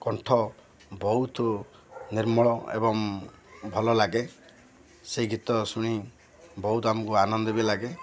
କଣ୍ଠ ବହୁତ ନିର୍ମଳ ଏବଂ ଭଲ ଲାଗେ ସେଇ ଗୀତ ଶୁଣି ବହୁତ ଆମକୁ ଆନନ୍ଦ ବି ଲାଗେ